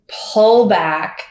pullback